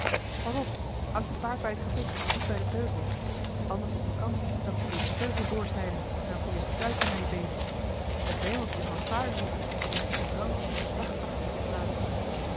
pas op houd je paard bij het gebit niet bij den teugel anders heb je kans dat ze je den eli heimans willem roda teugel doorsnijden en dan kun je fluiten naar je beest t wemelt hier van paardedieven die in het gedrang hun slag trachten te slaan